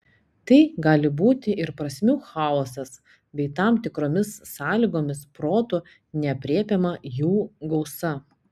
tai gali būti ir prasmių chaosas bei tam tikromis sąlygomis protu neaprėpiama jų gausa